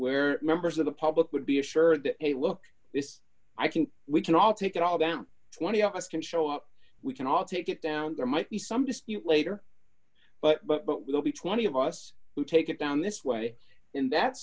where members of the public would be assured a look this i can we can all take it all down twenty of us can show up we can all take it down there might be some dispute later but but but will be twenty of us who take it down this way in that